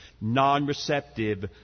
non-receptive